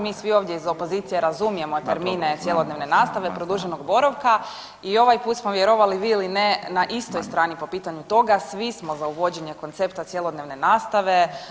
Mi svi ovdje iz opozicije razumijemo termine cjelodnevne nastave i produženog boravka i ovaj put smo vjerovali … [[Govornik se ne razumije]] ne na istoj strani po pitanju toga, svi smo za uvođenje koncepta cjelodnevne nastave.